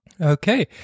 Okay